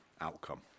outcome